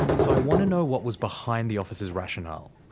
so i want to know what was behind the officers' rationale.